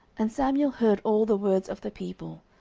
and samuel heard all the words of the people,